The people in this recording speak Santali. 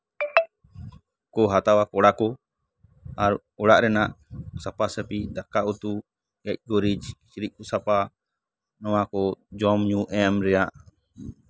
ᱠᱚ ᱦᱟᱛᱟᱣᱟ ᱠᱚᱲᱟ ᱠᱚ ᱟᱨ ᱚᱲᱟᱜ ᱨᱮᱱᱟᱜ ᱥᱟᱯᱟᱥᱟᱯᱤ ᱫᱟᱠᱟᱼᱩᱛᱩ ᱜᱮᱡᱼᱜᱩᱨᱤᱡᱽ ᱠᱤᱪᱨᱤᱡ ᱠᱚ ᱥᱟᱯᱟ ᱱᱚᱣᱟ ᱠᱚ ᱡᱚᱢᱼᱧᱩ ᱮᱢ ᱨᱮᱭᱟᱜ